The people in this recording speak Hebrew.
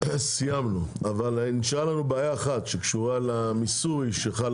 אבל נשארה לנו בעיה אחת שקשורה לניסוי שחל